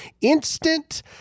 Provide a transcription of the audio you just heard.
instant